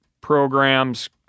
programs